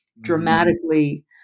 dramatically